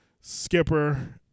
Skipper